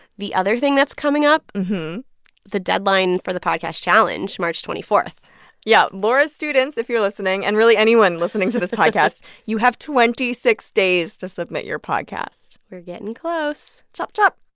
the other thing that's coming up the deadline for the podcast challenge, march twenty four point yeah. laura's students, if you're listening and really, anyone listening to this podcast you have twenty six days to submit your podcast we're getting close. chop, chop